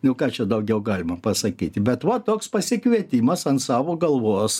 nu ką čia daugiau galima pasakyti bet va toks pasikvietimas ant savo galvos